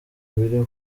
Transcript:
biri